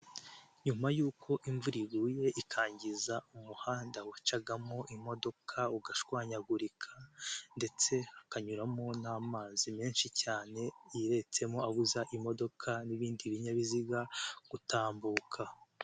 Nyuma y'uko imvura iguye ikangiza umuhanda wacagamo imodoka ugashwanyagurika ndetse hakanyuramo n'amazi menshi cyane yeretsemo abuza imodoka n'ibindi binyabiziga gutambuka.